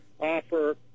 offer